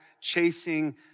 chasing